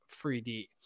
3D